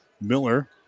Miller